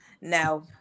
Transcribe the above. no